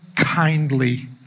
kindly